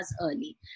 early